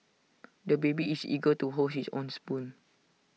the baby is eager to hold his own spoon